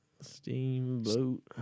Steamboat